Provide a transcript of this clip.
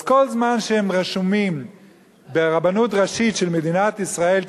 אז כל זמן שהם רשומים ברבנות ראשית של מדינת ישראל כיהודים,